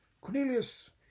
Cornelius